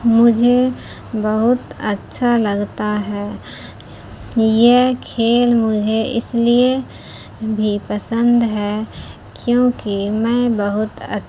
مجھے بہت اچھا لغتا ہے یہ کھیل مجھے اس لیے بھی پسند ہے کیونکہ میں بہت